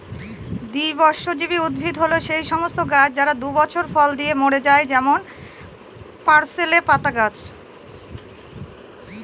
দ্বিবর্ষজীবী উদ্ভিদ হল সেই সমস্ত গাছ যারা দুই বছর ফল দিয়ে মরে যায় যেমন পার্সলে পাতার গাছ